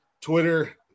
Twitter